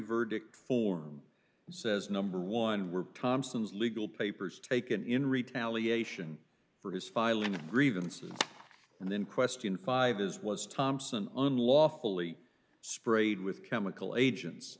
verdict for says number one were thompson's legal papers taken in retaliation for his filing of grievances and then question five as was thompson unlawfully sprayed with chemical agents